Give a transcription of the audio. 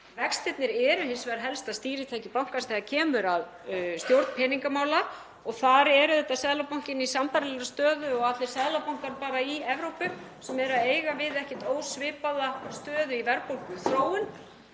Vextirnir eru hins vegar helsta stýritæki bankans þegar kemur að stjórn peningamála og þar er Seðlabankinn í sambærilegri stöðu og allir seðlabankar í Evrópu sem eru að eiga við ekkert ósvipaða stöðu í verðbólguþróun.